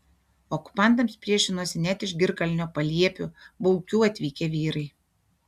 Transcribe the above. okupantams priešinosi net iš girkalnio paliepių baukių atvykę vyrai